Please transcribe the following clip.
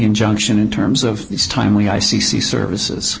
injunction in terms of these timely i c c services